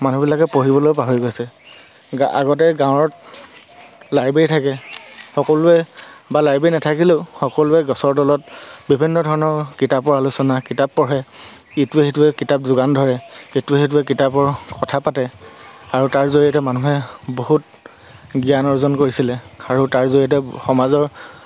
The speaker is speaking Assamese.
মানুহবিলাকে পঢ়িবলৈও পাহৰি গৈছে আগতে গাঁৱত লাইব্ৰেৰী থাকে সকলোৱে বা লাইব্ৰেৰী নাথাকিলেও সকলোৱে গছৰ তলত বিভিন্ন ধৰণৰ কিতাপৰ আলোচনা কিতাপ পঢ়ে ইটোৱে সিটোৱে কিতাপ যোগান ধৰে ইটোৱে সিটোৱে কিতাপৰ কথা পাতে আৰু তাৰ জৰিয়তে মানুহে বহুত জ্ঞান অৰ্জন কৰিছিলে আৰু তাৰ জৰিয়তে সমাজৰ